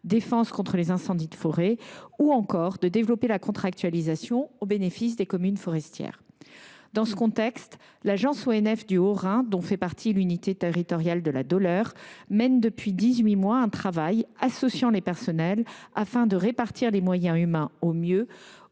défense contre les incendies de forêt » ou encore de développer la contractualisation au bénéfice des communes forestières. Dans ce contexte, l’agence ONF du Haut Rhin, dont fait partie l’unité territoriale de la Doller, mène, depuis dix huit mois, un travail associant les personnels afin de répartir les moyens humains au mieux,